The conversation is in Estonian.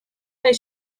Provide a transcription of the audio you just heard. sai